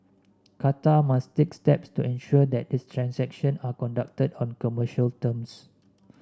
Qatar must take steps to ensure that the transactions are conducted on commercial terms